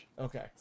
Okay